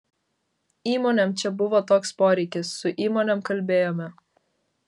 įmonėm čia buvo toks poreikis su įmonėm kalbėjome